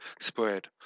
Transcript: spread